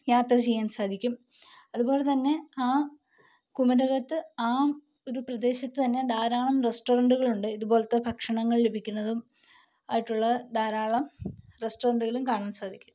യാത്ര ചെയ്യാന് സാധിക്കും അതുപോലെതന്നെ ആ കുമരകത്ത് ആ ഒരു പ്രദേശത്തു തന്നെ ധാരാളം റസ്റ്റോറൻ്റുകളുണ്ട് ഇത് പോലത്തെ ഭക്ഷണങ്ങള് ലഭിക്കുന്നതും ആയിട്ടുള്ള ധാരാളം റസ്റ്റോറൻ്റുകളും കാണാന് സാധിക്കും